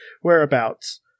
whereabouts